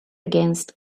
against